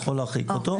שיכול להרחיק אותו,